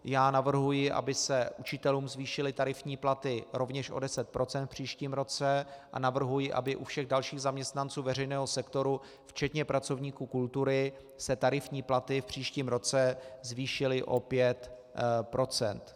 Já navrhuji, aby se učitelům zvýšily tarifní platy rovněž o 10 % v příštím roce, a navrhuji, aby u všech dalších zaměstnanců veřejného sektoru včetně pracovníků kultury se tarifní platy v příštím roce zvýšily o 5 %.